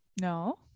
no